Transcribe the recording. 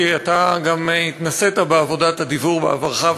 כי אתה גם התנסית בעבודת הדיוור בעברך,